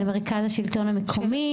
מרכז השלטון המקומי?